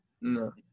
No